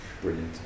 Brilliant